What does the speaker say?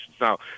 Now